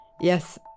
Yes